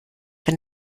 wenn